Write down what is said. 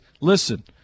Listen